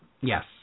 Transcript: Yes